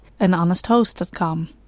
anhonesthost.com